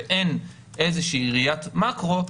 ואין ראיית מקרו,